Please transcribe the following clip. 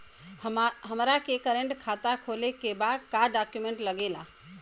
हमारा के करेंट खाता खोले के बा का डॉक्यूमेंट लागेला?